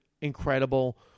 incredible